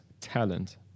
talent